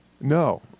No